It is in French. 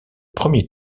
premier